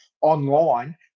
online